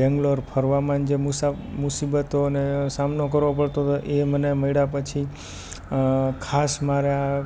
બેંગલોર ફરવામાં જે મુસીબતો ને સામનો કરવો પડતો તો એ મને મળ્યા પછી ખાસ મારા